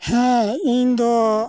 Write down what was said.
ᱦᱮᱸ ᱤᱧᱫᱚ